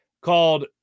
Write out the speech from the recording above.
called